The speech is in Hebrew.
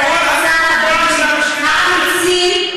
חיילי צה"ל הבדואים האמיצים,